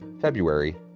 February